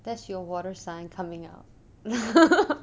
that's your water sign coming out